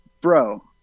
bro